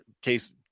case